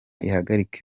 ihagarika